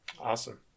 Awesome